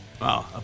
Wow